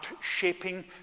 shaping